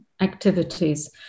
activities